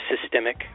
systemic